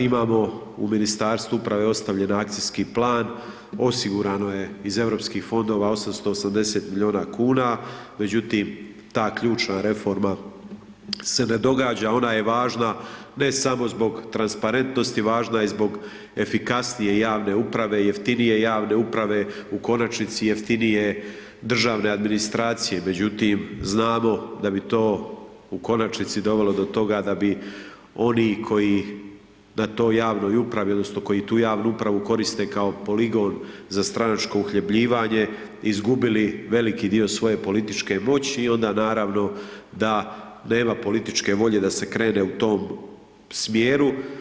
Imamo u Ministarstvu uprave ostavljen akcijski plan, osiguran je iz europskih fondova 880 milijuna kn, međutim, ta ključan reforma se ne događa, ona je važna ne samo zbog transparentnosti, važna je i zbog efikasnije javne uprave, jeftinije javne uprave, u konačnici jeftinije državne administracije, međutim, znamo da bi to u konačnici dovelo do toga, da bi oni koji na toj javnoj upravi, odnosno, oni koji tu javnu upravu koriste kao poligon za stranačko uhljebljivanje izgubili veliki dio svoje političke moći, onda naravno da nema političke volje da se krene u tom smjeru.